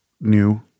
new